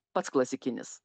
pats klasikinis